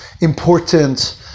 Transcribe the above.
important